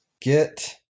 get